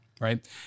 right